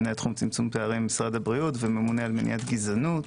מנהל תחום צמצום פערים במשרד הבריאות וממונה על מניעת גזענות.